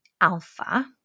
alpha